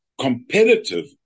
competitive